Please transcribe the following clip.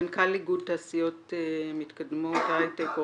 מנכ"ל איגוד תעשיות מתקדמות הייטק,